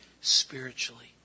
spiritually